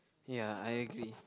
ya I agree